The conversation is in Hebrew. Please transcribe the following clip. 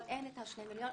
אבל אין את ה-2 מיליון?